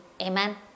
amen